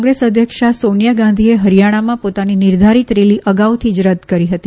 કોંગ્રેસ અધ્યક્ષ સોનિયા ગાંધીએ હરીયાણામાં પોતાની નિર્ધારીત રેલી અગાઉથી જ રદ કરી હતી